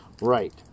Right